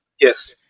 Yes